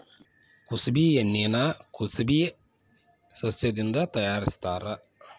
ಕುಸಬಿ ಎಣ್ಣಿನಾ ಕುಸಬೆ ಸಸ್ಯದಿಂದ ತಯಾರಿಸತ್ತಾರ